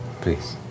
Please